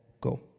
go